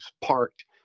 parked